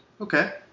Okay